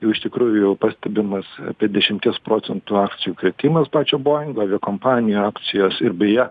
jau iš tikrųjų jau pastebimas apie dešimties procentų akcijų kritimas pačio bojingo aviakompanijų akcijos ir beje